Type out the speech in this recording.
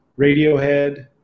Radiohead